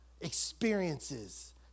Experiences